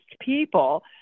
people